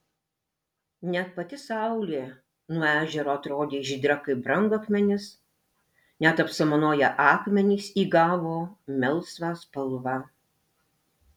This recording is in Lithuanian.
net pati saulė nuo ežero atrodė žydra kaip brangakmenis net apsamanoję akmenys įgavo melsvą spalvą